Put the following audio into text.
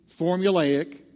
formulaic